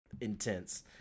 intense